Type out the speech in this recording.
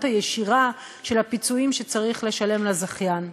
הישירה של הפיצויים שצריך לשלם לזכיין.